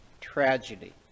tragedy